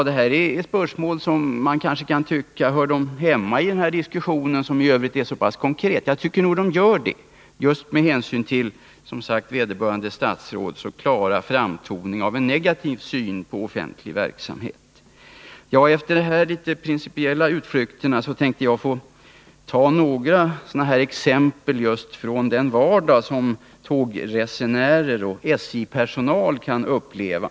Det kanske kan ifrågasättas om dessa spörsmål hör hemma i den här diskussionen, som är så pass konkret, men jag tycker att de gör det just med hänsyn till vederbörande statsråds klart framtonade negativa syn på offentlig verksamhet. Efter dessa principiella utflykter tänker jag ta några exempel från den vardag som många resenärer och även SJ-personal kan uppleva.